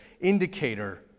indicator